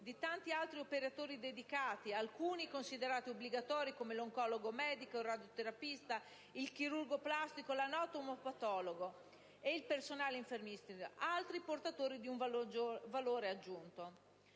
di altri operatori dedicati: alcuni considerati obbligatori, come l'oncologo medico, il radioterapista, il chirurgo plastico, l'anatomo-patologo e il personale infermieristico; altri definiti portatori di valore aggiunto.